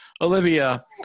Olivia